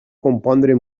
compondre